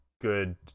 good